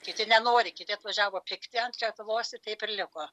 kiti nenori kiti atvažiavo pikti ant lietuvos ir taip ir liko